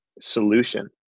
solution